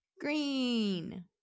Green